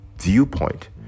viewpoint